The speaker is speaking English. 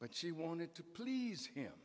but she wanted to please him